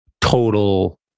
total